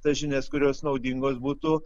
tas žinias kurios naudingos būtų